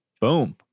Boom